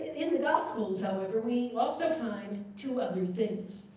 in the gospels, however, we also find two other things.